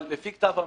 אבל, לפי כתב המינוי,